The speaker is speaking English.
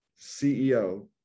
CEO